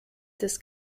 des